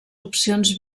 opcions